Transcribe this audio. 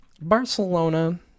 barcelona